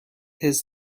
his